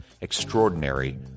Extraordinary